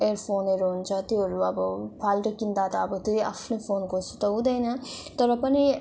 एयरफोनहरू हुन्छ त्योहरू अब फाल्टो किन्दा त अब त्यही आफ्नै फोनको जस्तो त हुँदैन तर पनि